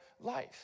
life